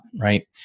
right